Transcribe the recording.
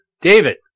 David